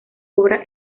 obra